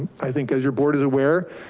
i think as your board is aware,